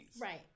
Right